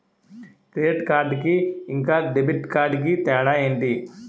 Credit card కి ఇంకా debit card కి తేడా ఏంటి?